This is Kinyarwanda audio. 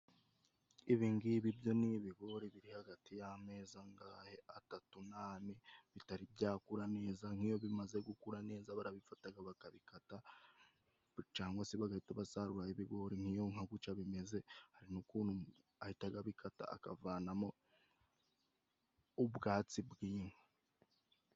Ibingibi byo ni ibigori biri hagati y'amezi angahe atatu n'ane bitari byakura neza. Nk'iyo bimaze gukura neza barabifataga bakabikata cangwa se bagahita basaruraho ibigori. Nk'iyo nka guca bimeze, hari ukuntu ahitaga abikata akavanamo ubwatsi bw'inka.